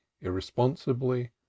irresponsibly